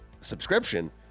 Subscription